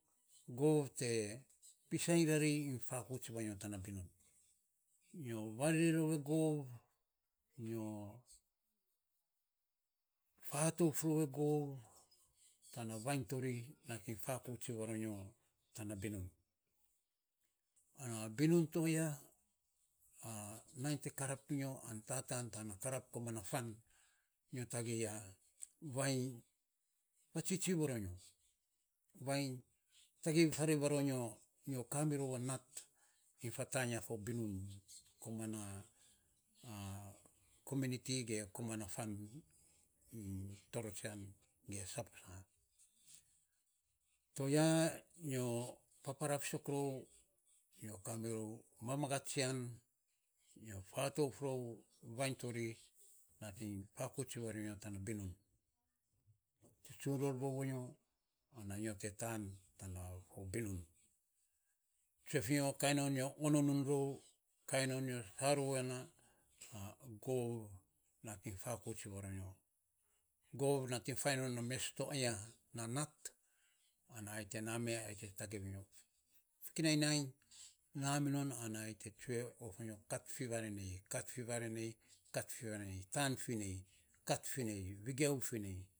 Gov te pisainy rari iny fakauts vanyo tana for binun nyo variri rou e gov, nyo fatouf rou e gov, tana vainy to ri nating fakouts varonyo, an tatan tan karap koman na fan, nyo tagei a vainy fatsitsi varo nyo, vainy tagei fiva ro nyo, nyo ka miro a nat, iny fa tan na binun koman na kominiti, ge koman na fan torotsian ge saposato ya nyo papara fisok rou nyo kami rou mamagat tsian. Nyo fatauf ro vainy to ri te nating fatok iny vanya tan na fo binun, tsuntsun rorvou vanyo, ana nyo, te tan tana fo binun tsue fi nyo kainon nyo ononun rou, kainon nyo sa rou ya na gov nating fakouts varo nyo, gov nating fain non na mes to aya na nat, ana ai te na me ai te tagei vanyo, fo kinai nainy naminon ai te tagei vanyo, kat fi vare nei, kat finei vigiau finei.